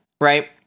right